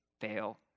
fail